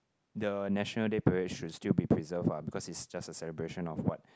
the National Day Parade should still be preserved ah because it's just a celebration of what